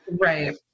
Right